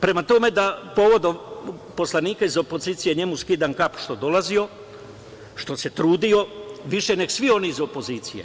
Prema tome, povodom poslanika iz opozicije, njemu skidam kapu što je dolazio, što se trudio više nego svi oni iz opozicije.